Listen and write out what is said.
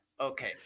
okay